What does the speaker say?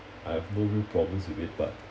I have no problems with it but